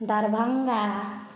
Darbhanga